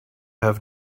have